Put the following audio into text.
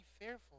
fearful